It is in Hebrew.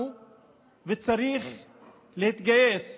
לאורחים אין כמובן שום זכות להשפיע על ענייני